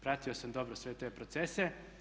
Pratio sam dobro sve te procese.